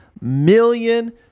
million